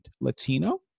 Latino